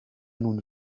nun